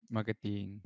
Marketing